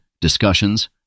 discussions